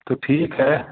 तो ठीक है